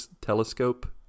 Telescope